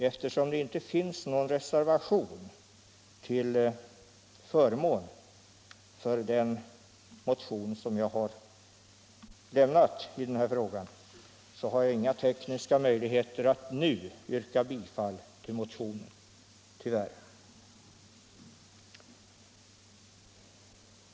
Eftersom det inte finns någon reservation till förmån för den motion som jag har väckt i denna fråga, har jag tyvärr inga tekniska möjligheter att nu yrka bifall till motionen.